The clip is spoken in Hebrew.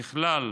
ככלל,